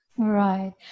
Right